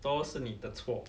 都是你的错